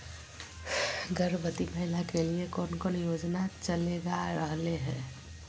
गर्भवती महिला के लिए कौन कौन योजना चलेगा रहले है?